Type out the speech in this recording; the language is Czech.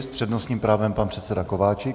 S přednostním právem pan předseda Kováčik.